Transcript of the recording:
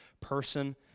person